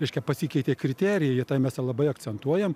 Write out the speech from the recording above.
reiškia pasikeitė kriterijai ir tai mes labai akcentuojam